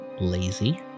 Lazy